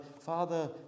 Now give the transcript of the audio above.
Father